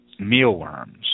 Mealworms